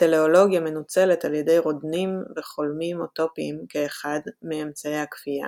הטלאולוגיה מנוצלת על ידי רודנים וחולמים אוטופיים כאחד מאמצעי הכפייה,